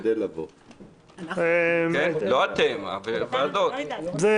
לא אתם, הוועדות.